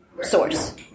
source